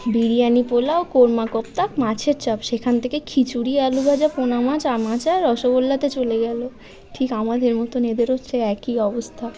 বিরিয়ানি পোলাও কোর্মা কোপ্তা মাছের চপ সেখান থেকে খিচুড়ি আলুভাজা পোনা মাছ আম আচার রসগোল্লাতে চলে গেলো ঠিক আমাদের মতন এদেরও সে একই অবস্থা